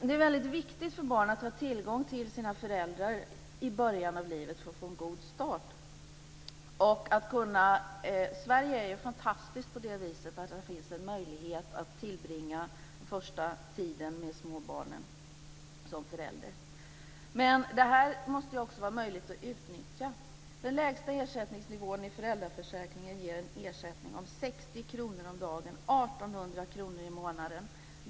Det är väldigt viktigt för barn att ha tillgång till sina föräldrar i början av livet för att få en god start. Sverige är ju fantastiskt på det viset att här finns en möjlighet för föräldrar att tillbringa den första tiden med småbarnen. Men det måste också vara möjligt att utnyttja det här. Den lägsta ersättningsnivå i föräldraförsäkringen ger en ersättning på 60 kr om dagen, 1 800 kr i månaden.